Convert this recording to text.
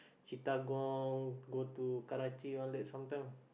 Chittagong go to Charanchi all that sometime